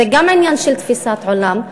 זה גם עניין של תפיסת עולם,